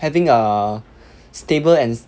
having a stable and